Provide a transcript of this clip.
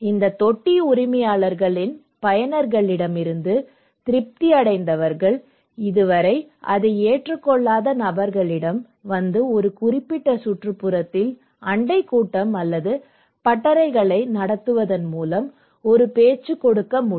இந்த தொட்டி உரிமையாளர்களின் பயனர்களிடமிருந்து திருப்தி அடைந்தவர்கள் இதுவரை அதை ஏற்றுக்கொள்ளாத நபர்களிடம் வந்து ஒரு குறிப்பிட்ட சுற்றுப்புறத்தில் அண்டை கூட்டம் அல்லது பட்டறைகளை நடத்துவதன் மூலம் ஒரு பேச்சு கொடுக்க முடியும்